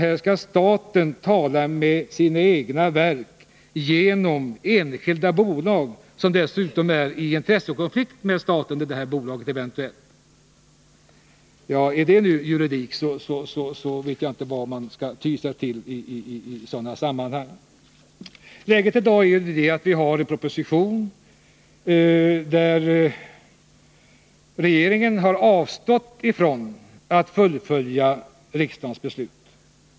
Här skall staten tala med sina egna verk genom ett enskilt bolag, som kan sägas varai Nr 27 intressekonflikt med staten. Om det är juridik så vet jag inte vad man skall ty Onsdagen den sig till i sådana sammanhang. 19 november 1980 Läget i dag är att vi har en proposition, där det framgår att regeringen har avstått från att fullfölja riksdagens beslut.